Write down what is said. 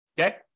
Okay